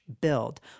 build